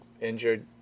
injured